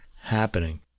happening